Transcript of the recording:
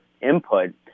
input